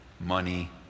Money